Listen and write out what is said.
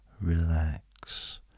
relax